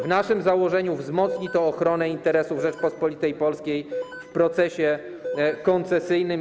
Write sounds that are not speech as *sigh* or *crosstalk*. W naszym założeniu wzmocni to *noise* ochronę interesów Rzeczypospolitej Polskiej w procesie koncesyjnym.